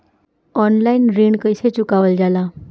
Online ऋण कईसे चुकावल जाला?